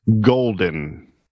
golden